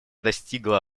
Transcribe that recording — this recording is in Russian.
достигло